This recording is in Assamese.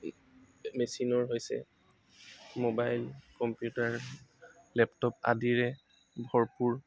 মেচিনৰ হৈছে মোবাইল কম্পিউটাৰ লেপটপ আদিৰে ভৰপূৰ